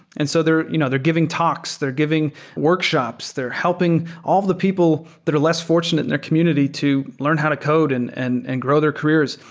and so they're you know they're giving talks. they're giving workshops. they're helping all of the people that are less fortunate in their community to learn how to code and and and grow their careers,